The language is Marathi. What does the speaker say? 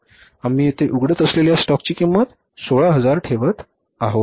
आम्ही येथे उघडत असलेल्या स्टॉकची किंमत 16000 ठेवत आहोत